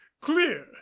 clear